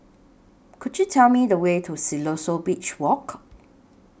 Could YOU Tell Me The Way to Siloso Beach Walk